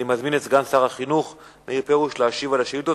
אני מזמין את סגן שר החינוך מאיר פרוש להשיב על השאילתות.